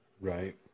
Right